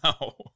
No